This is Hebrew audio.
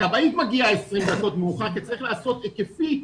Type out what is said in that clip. הכבאית מגיעה 20 דק' מאוחר כי צריך לעשות עיקופים,